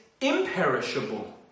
imperishable